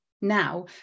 now